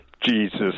Jesus